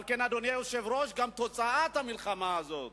על כן, אדוני היושב-ראש, גם תוצאת המלחמה הזאת,